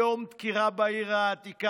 היום בבוקר, דקירה בעיר העתיקה,